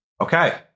okay